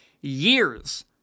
years